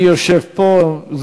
אני יושב פה.